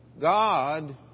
God